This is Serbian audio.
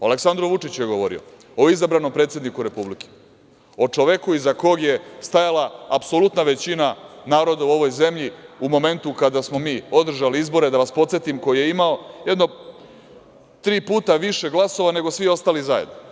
O Aleksandru Vučiću je govorio, o izabranom predsedniku Republike, o čoveku iza kog je stajala apsolutna većina naroda u ovoj zemlji u momentu kada smo mi održali izbore, da vas podsetim, koje je imao jedno tri puta više glasova nego svi ostali zajedno.